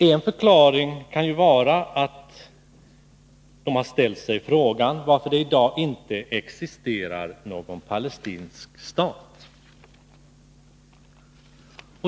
En förklaring kan ju vara att de har ställt sig frågan varför det i dag inte existerar någon palestinsk stat.